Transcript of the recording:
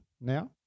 now